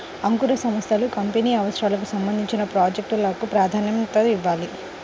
అంకుర సంస్థలు కంపెనీ అవసరాలకు సంబంధించిన ప్రాజెక్ట్ లకు ప్రాధాన్యతనివ్వాలి